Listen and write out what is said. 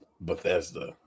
Bethesda